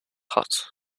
hot